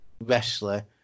wrestler